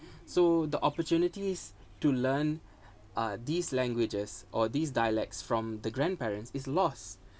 so the opportunities to learn uh these languages or these dialects from the grandparents is lost